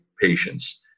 patients